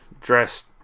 dressed